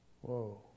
whoa